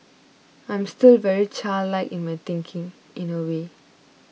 I'm still very childlike in my thinking in a way